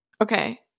Okay